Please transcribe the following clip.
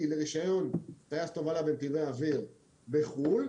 לרישיון טייס תובלה בנתיבי אוויר בחו"ל,